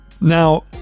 Now